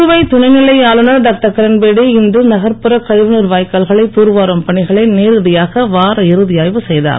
புதுவை துணைநிலை ஆளுநர் டாக்டர் கிரண்பேடி இன்று நகர்ப்புற கழிவுநீர் வாய்க்கால்களை தூர்வாரும் பணிகளை நேரடியாக வாரஇறுதி ஆய்வு செய்தார்